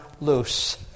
loose